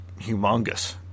humongous